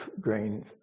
grain